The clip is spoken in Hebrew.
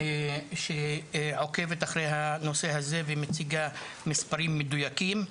שעוקבת אחרי הנושא הזה ומציגה מספרים מדויקים.